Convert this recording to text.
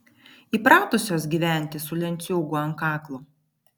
įpratusios gyventi su lenciūgu ant kaklo